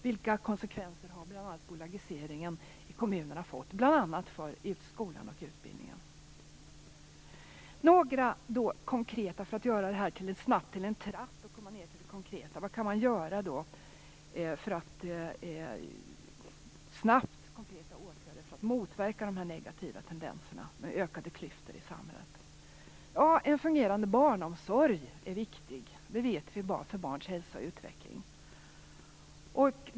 Vilka konsekvenser har bolagiseringen i kommunerna fått - bl.a. för skolan och utbildningen? Vad kan man då göra, för att snabbt komma ned till det konkreta? Vad kan man vidta för konkreta åtgärder för att snabbt motverka de här negativa tendenserna med ökade klyftor i samhället? En fungerande barnomsorg är viktig, det vet vi, för barns hälsa och utveckling.